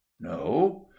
No